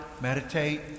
meditate